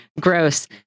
gross